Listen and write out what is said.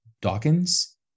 Dawkins